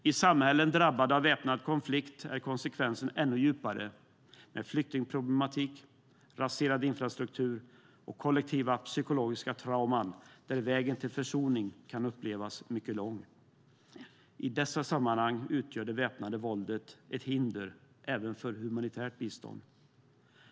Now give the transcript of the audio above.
I samhällen drabbade av väpnat konflikt är konsekvenserna ännu djupare med flyktingproblematik, raserad infrastruktur och kollektiva psykologiska trauman där vägen till försoning kan upplevas som mycket lång. I dessa sammanhang utgör det väpnande våldet ett hinder även för humanitärt bistånd.